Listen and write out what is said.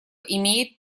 имеет